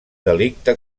delicte